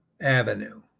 avenue